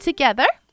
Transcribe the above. Together